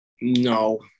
No